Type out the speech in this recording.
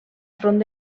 front